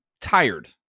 tired